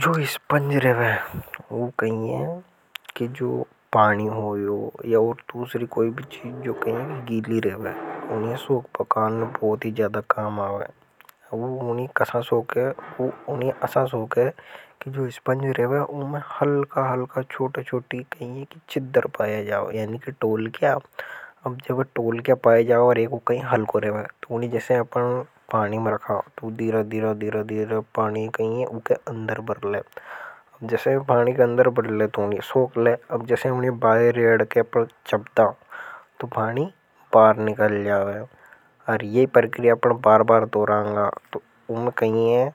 जो इसपंज रेवेे वह कहीं है कि जो पानी हो या और तूसरी कोई भी चीज जो कहीं गीली रहे हैं वह उन्हें सोक पकाने। बहुत ही ज्यादा काम आवे वह उन्हें कैसा सोक है वह उन्हें असा सोक है कि जो इसपंज रहे उमे हल्का हल्का। का छोटा-छोटी कहीं है कि चिद्दर पाया जाओ यानि कि टोलकिया किया अब जब टोलकिया के पाया जाओ और एक को कहीं हल करें। तो उन्हीं जैसे अपने पानी में रखा तो दीरा-दीरा दीरा-दीरा पानी कहीं है उनके अंदर बढ़ ले जैसे पानी के। फिर बदलेगी तो नहीं सोक ले अब जैसे हम ने बाहर रहे हैं आपके पर चपता हुआ है तो पानी बार निकल जाओ है और। यह प्रक्रिया पर बार-बार दो रहना तो उनके ही है